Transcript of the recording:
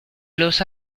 los